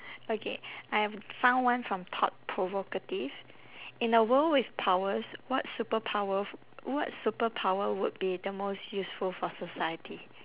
okay I have found one from thought provocative in a world with powers what superpower f~ what superpower would be the most useful for society